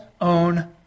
own